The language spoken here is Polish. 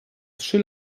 trzy